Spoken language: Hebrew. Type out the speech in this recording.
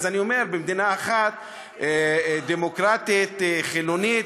אז אני אומר, במדינה אחת, דמוקרטית וחילונית,